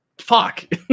fuck